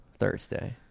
Thursday